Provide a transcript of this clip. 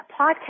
podcast